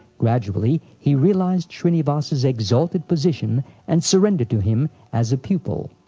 gradually, he realized shrinivas's exalted position and surrendered to him as a pupil.